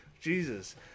Jesus